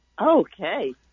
Okay